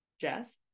Jess